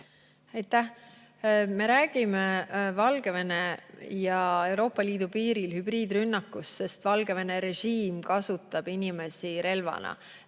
Me räägime Valgevene ja Euroopa Liidu piiril hübriidrünnakust, sest Valgevene režiim kasutab inimesi relvana.